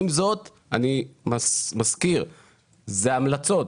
עם זאת, אני מזכיר שאלה המלצות.